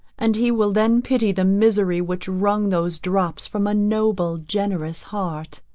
and he will then pity the misery which wrung those drops from a noble, generous heart.